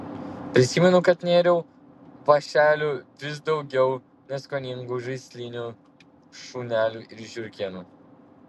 prisimenu kad nėriau vąšeliu vis daugiau neskoningų žaislinių šunelių ir žiurkėnų